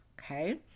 Okay